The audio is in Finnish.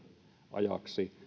ajaksi